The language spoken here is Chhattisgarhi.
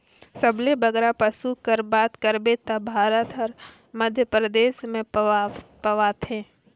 सबले बगरा पसु कर बात करबे ता भारत कर मध्यपरदेस में पवाथें